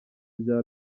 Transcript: bya